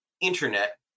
internet